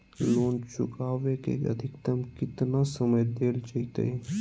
Loan चुकाबे के अधिकतम केतना समय डेल जयते?